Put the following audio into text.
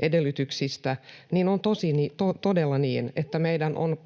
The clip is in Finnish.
edellytyksistä, niin on todella niin, että meidän on